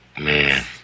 man